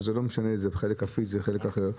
ולא משנה אם זה בחלק הפיזי או בחלק אחר?